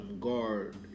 guard